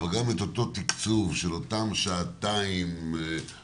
אבל גם את אותו תקצוב של אותן שעתיים שלפעמים